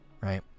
right